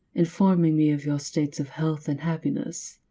informing me of your states of health and happiness.